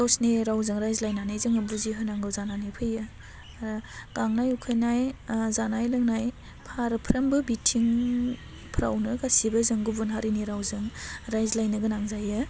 गावसिनि रावजों रायज्लायननानै जोङो बुजिहोनांगौ जानानै फैयो गांनाय उखैनाय जानाय लोंनाय फारफ्रोमबो बिथिंफ्रावनो गासिबो जों गुबुन हारिनि रावजों रायज्लायनो गोनां जायो